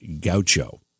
gaucho